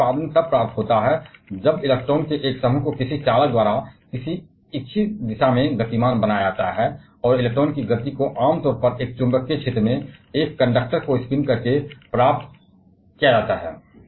विद्युत उत्पादन तब प्राप्त होता है जब इलेक्ट्रॉन के एक समूह को किसी चालक द्वारा किसी इच्छा दिशा में स्थानांतरित करने के लिए लाभ उठाया जाता है और इलेक्ट्रॉन की गति को आम तौर पर एक चुंबकीय क्षेत्र में एक कंडक्टर को स्पिन करके प्राप्त किया जाता है